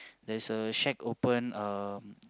there's a shack open um